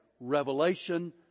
revelation